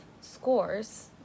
scores